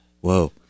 whoa